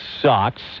sucks